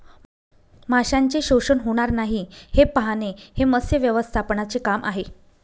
माशांचे शोषण होणार नाही हे पाहणे हे मत्स्य व्यवस्थापनाचे काम आहे